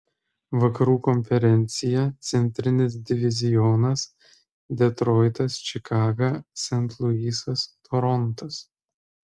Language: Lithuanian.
vakarų konferencija centrinis divizionas detroitas čikaga sent luisas torontas